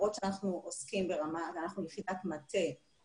למרות שאנחנו יחידת מטה לאומית,